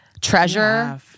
Treasure